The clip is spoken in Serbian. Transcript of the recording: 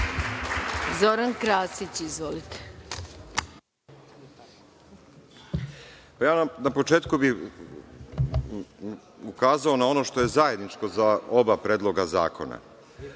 **Zoran Krasić** Evo, na početku bih ukazao na ono što je zajedničko za oba predloga zakona.